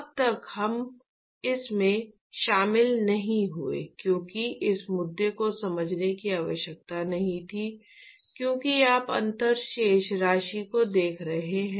अब तक हम इसमें शामिल नहीं हुए क्योंकि इस मुद्दे को समझने की आवश्यकता नहीं थी क्योंकि आप अंतर शेष राशि को देख रहे हैं